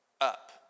up